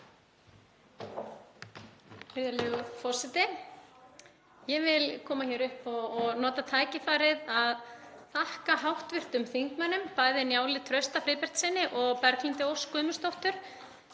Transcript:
Ég vil koma hér upp og nota tækifærið til að þakka hv. þingmönnum Njáli Trausta Friðbertssyni og Berglindi Ósk Guðmundsdóttur